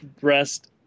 breast